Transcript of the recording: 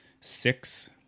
six